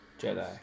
Jedi